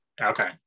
Okay